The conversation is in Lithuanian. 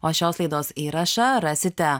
o šios laidos įrašą rasite